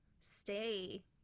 stay